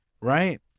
Right